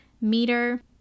meter